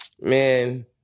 Man